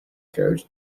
code